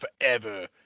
forever